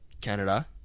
Canada